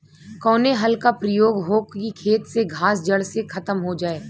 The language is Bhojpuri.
कवने हल क प्रयोग हो कि खेत से घास जड़ से खतम हो जाए?